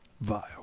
vile